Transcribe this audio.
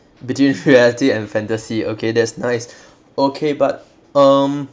between reality and fantasy okay that's nice okay but um